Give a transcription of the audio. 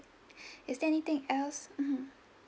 is there anything else mmhmm